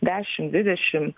dešim dvidešim